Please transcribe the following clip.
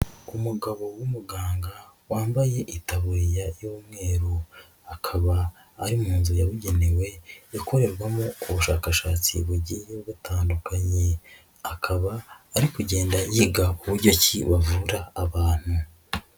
Umugabo w'umuganga wambaye itaburiya y'umweru akaba ari mu nzu yabugenewe ikorerwamo ubushakashatsi bugiye butandukanye akaba ari kugenda yiga buryo ki bavura abantu.